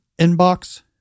inbox